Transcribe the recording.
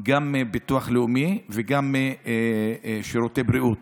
גם מביטוח לאומי וגם משירותי בריאות,